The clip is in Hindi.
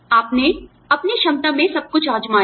आपने अपनी क्षमता में सब कुछ आज़माया